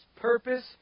purpose